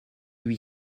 huit